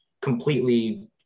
completely